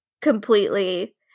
completely